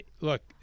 look